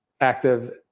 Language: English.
active